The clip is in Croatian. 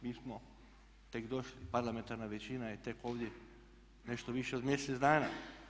Mi smo tek došli, parlamentarna većina je tek ovdje nešto više od mjesec dana.